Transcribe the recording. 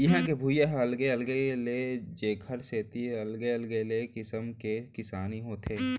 इहां के भुइंया ह अलगे अलगे हे जेखर सेती अलगे अलगे किसम के किसानी होथे